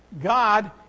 God